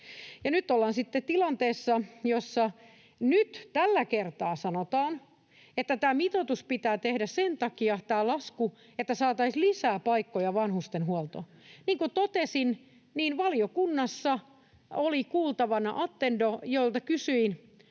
Nyt ollaan sitten tilanteessa, jossa nyt tällä kertaa sanotaan, että tämä mitoituksen lasku pitää tehdä sen takia, että saataisiin lisää paikkoja vanhustenhuoltoon. Niin kuin totesin, valiokunnassa oli kuultavana Attendo, jolta kysyin,